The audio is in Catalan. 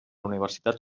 universitat